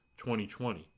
2020